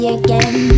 again